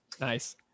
Nice